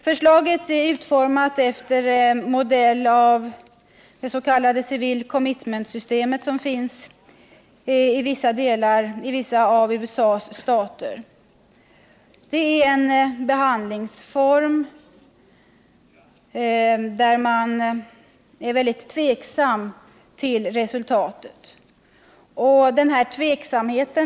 Förslaget är utformat efter modell av det civil commitment-system som finns i vissa av USA:s stater. Det är en behandlingsform, om vars resultat det råder mycket stor tveksamhet.